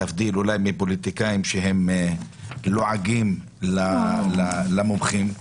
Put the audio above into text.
להבדיל אולי מפוליטיקאים שהם לועגים למומחים,